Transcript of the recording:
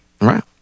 Right